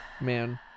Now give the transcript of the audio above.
man